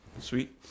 Sweet